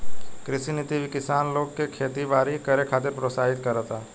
कृषि नीति किसान लोग के खेती बारी करे खातिर प्रोत्साहित करता